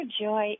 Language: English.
joy